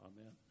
Amen